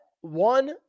one